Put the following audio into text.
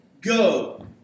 Go